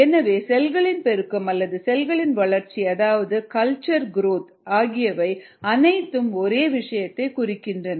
எனவே செல்களின் பெருக்கம் அல்லது செல்களின் வளர்ச்சி அதாவது கல்ச்சர் குரோத் ஆகியவை அனைத்தும் ஒரே விஷயத்தை குறிக்கின்றன